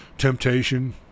Temptation